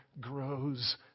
grows